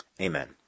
Amen